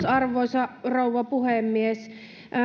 arvoisa rouva puhemies